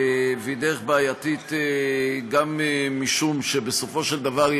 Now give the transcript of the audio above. היא דרך בעייתית גם משום שבסופו של דבר היא